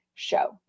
show